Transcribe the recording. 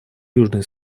южный